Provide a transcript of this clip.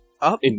up